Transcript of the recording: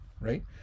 right